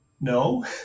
no